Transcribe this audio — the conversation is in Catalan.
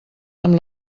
amb